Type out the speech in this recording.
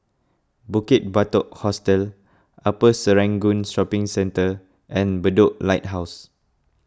Bukit Batok Hostel Upper Serangoon Shopping Centre and Bedok Lighthouse